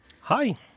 Hi